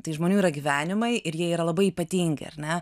tai žmonių yra gyvenimai ir jie yra labai ypatingi ar ne